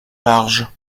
large